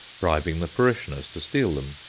bribing the parishioners to steal them,